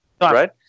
right